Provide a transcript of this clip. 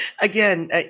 Again